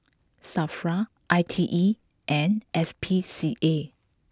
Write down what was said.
Safra I T E and S P C A